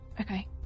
Okay